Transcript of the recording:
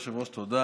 חבר הכנסת שבח שטרן,